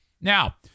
Now